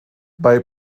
bei